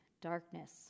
Darkness